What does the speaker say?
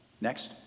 Next